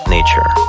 Nature